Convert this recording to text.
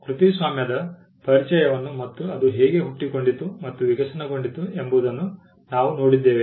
ಕೃತಿಸ್ವಾಮ್ಯದ ಪರಿಚಯವನ್ನು ಮತ್ತು ಅದು ಹೇಗೆ ಹುಟ್ಟಿಕೊಂಡಿತು ಮತ್ತು ವಿಕಸನಗೊಂಡಿತು ಎಂಬುದನ್ನು ನಾವು ನೋಡಿದ್ದೇವೆ